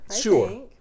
sure